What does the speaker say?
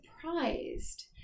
surprised